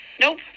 Nope